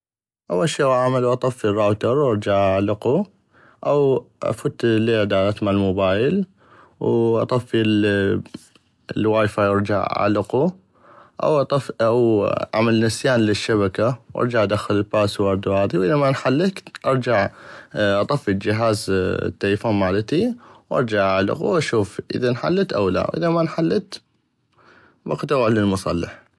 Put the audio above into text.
اول شي غاح اعملو اطفي الراوتر وارجع اعلقو او افوت للاعدادات مال موبايل واطفي الوايفاي وارجع اعلقو او او اعمل نسيان للشبكة وارجع ادخل الباسورد وهذي واذا ما انحلت ارجع اطفي الجهاز التلفون مالتي وارجع اعلقو واشوف اذا انحلت او لا واذا ما انحلت بقت اغوح للمصلح.